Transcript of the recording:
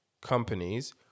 companies